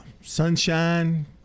Sunshine